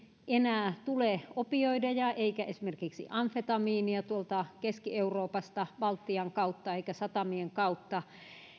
enää tule opioideja eikä esimerkiksi amfetamiinia tuolta keski euroopasta baltian kautta eikä satamien kautta